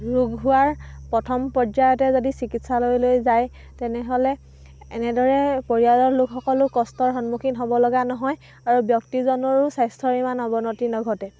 ৰোগ হোৱাৰ প্ৰথম পৰ্যায়তে যদি চিকিৎসালয়লৈ যায় তেনেহ'লে এনেদৰে পৰিয়ালৰ লোকসকলেও কষ্টৰ সন্মুখীন হ'ব লগা নহয় আৰু ব্যক্তিজনৰো স্বাস্থ্যৰ ইমান অৱনতি নঘটে